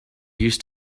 used